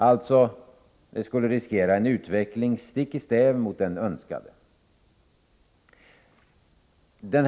Detta skulle alltså riskera att ge en utveckling stick i stäv mot den önskade.